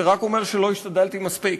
זה רק אומר שלא השתדלתי מספיק.